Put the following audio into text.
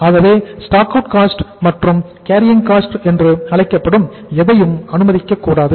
ஆகவே stock out cost என்று அழைக்கப்படும் எதையும் அனுமதிக்கக்கூடாது